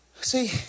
See